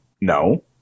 No